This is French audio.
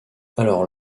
alors